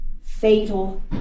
fatal